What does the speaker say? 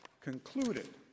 concluded